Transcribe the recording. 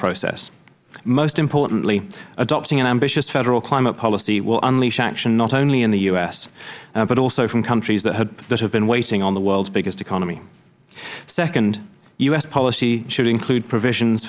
process most importantly adopting an ambitious federal climate policy will unleash action not only in the u s but also from countries that have been waiting on the world's biggest economy second u s policy should include provisions